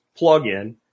plugin